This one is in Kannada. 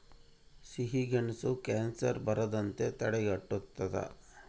ಸಿಹಿಗೆಣಸು ಕ್ಯಾನ್ಸರ್ ಬರದಂತೆ ತಡೆಗಟ್ಟುತದ